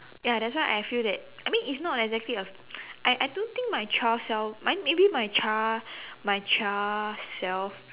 ya that's why I feel that I mean it's not exactly a I I don't think my child self may~ maybe my child my child self